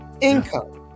income